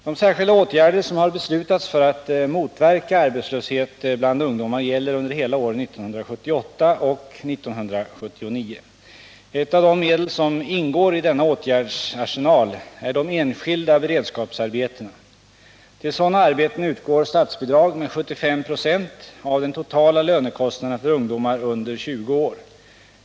De särskilda åtgärder som har beslutats för att motverka arbetslöshet bland ungdomar gäller under hela år 1978 och 1979. Ett av de medel som ingår i denna åtgärdsarsenal är de enskilda beredskapsarbetena. Till sådana arbeten utgår statsbidrag med 75 96 av den totala lönekostnaden för ungdomar under 20 år.